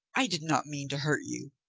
i did not mean to hurt you,